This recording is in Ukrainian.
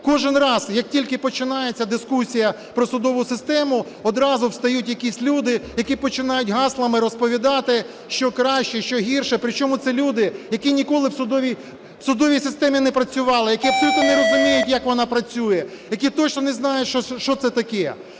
Кожен раз, як тільки починається дискусія про судову систему, одразу встають якісь люди, які починають гаслами розповідати, що краще, що гірше, причому це люди, які ніколи в судовій системі не працювали, які абсолютно не розуміють, як вона працює, які точно не знають, що це таке.